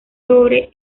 sobre